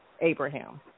Abraham